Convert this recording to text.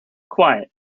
quiet